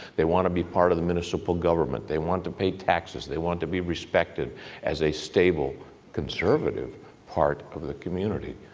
they want to be part of the municipal government. they want to pay taxes, they want to be respected as a stable conservative part of the community.